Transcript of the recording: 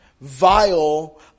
vile